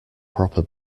proper